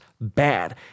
bad